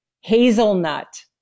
hazelnut